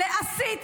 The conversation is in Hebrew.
להסית,